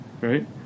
right